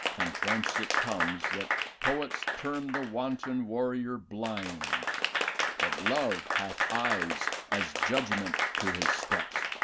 and thence it comes that poets term the wanton warrior blind but love hath eyes as judgement to his steps,